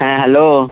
হ্যাঁ হ্যালো